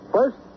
First